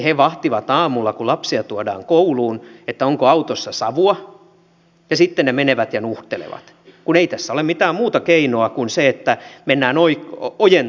he vahtivat aamulla kun lapsia tuodaan kouluun onko autossa savua ja sitten he menevät ja nuhtelevat kun ei tässä ole mitään muuta keinoa kuin se että mennään ojentamaan sinne